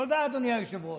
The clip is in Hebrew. תודה, אדוני היושב-ראש.